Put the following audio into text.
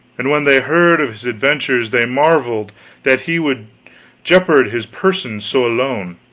and when they heard of his adventures they marveled that he would jeopard his person so alone.